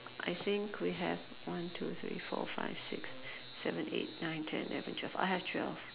I think we have one two three four five six seven eight nine ten eleven twelve I have twelve